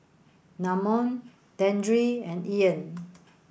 Namon Dandre and Ean